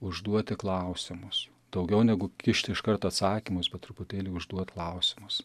užduoti klausimus daugiau negu kišt iškart atsakymus bet truputėlį užduot klausimus